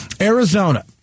Arizona